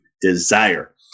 desire